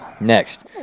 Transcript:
Next